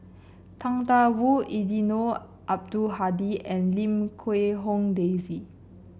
Tang Da Wu Eddino Abdul Hadi and Lim Quee Hong Daisy